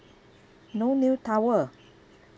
no new towel